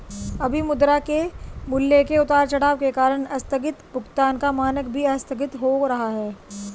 अभी मुद्रा के मूल्य के उतार चढ़ाव के कारण आस्थगित भुगतान का मानक भी आस्थगित हो रहा है